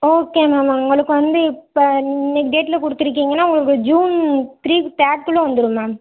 okay ma'am உங்களுக்கு வந்து இப்போ இன்னைக்கு டேட்டில் கொடுத்துருக்கிங்கன்னா உங்களுக்கு ஜூன் த்ரீ தேர்டுக்குள்ள வந்துடும் மேம்